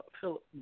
Philip